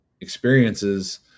experiences